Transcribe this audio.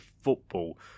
football